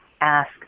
ask